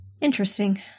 Interesting